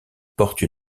porte